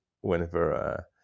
whenever